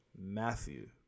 matthew